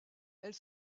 elle